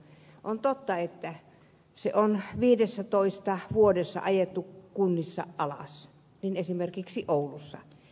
on totta että se on viidessätoista vuodessa ajettu kunnissa alas esimerkiksi oulussa